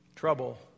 Trouble